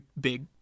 big